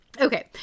okay